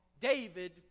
David